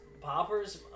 poppers